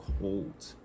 cold